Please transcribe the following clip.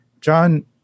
John